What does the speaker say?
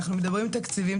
אנחנו מדברים "תקציבים,